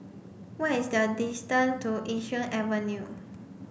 what is the distance to Yishun Avenue